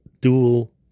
dual